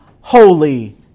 holy